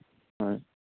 হয়